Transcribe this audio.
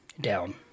Down